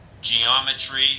geometry